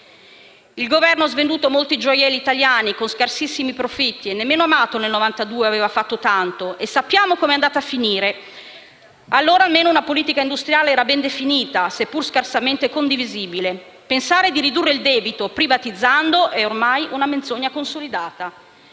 Il Governo ha svenduto molti gioielli italiani con scarsissimi profitti; nemmeno Amato nel 1992 aveva fatto tanto e sappiamo come è andata a finire, ma allora almeno era ben definita una politica industriale, seppur scarsamente condivisibile. Pensare di ridurre il debito privatizzando è ormai una menzogna consolidata.